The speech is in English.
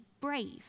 brave